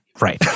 Right